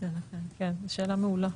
זו שאלה מעולה.